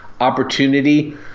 opportunity